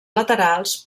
laterals